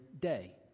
day